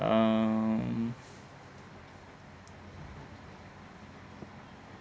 um